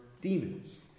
demons